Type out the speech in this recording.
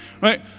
right